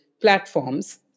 platforms